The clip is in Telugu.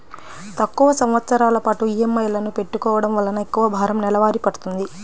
తక్కువ సంవత్సరాల పాటు ఈఎంఐలను పెట్టుకోవడం వలన ఎక్కువ భారం నెలవారీ పడ్తుంది